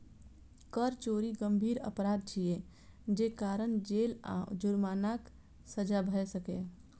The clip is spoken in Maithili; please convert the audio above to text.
कर चोरी गंभीर अपराध छियै, जे कारण जेल आ जुर्मानाक सजा भए सकैए